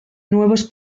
nuevos